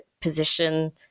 position